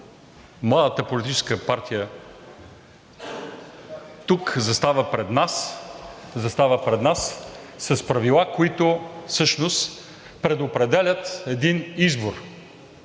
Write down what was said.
младата политическа партия тук застава пред нас с Правила, които всъщност предопределят един избор.